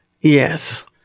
yes